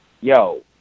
yo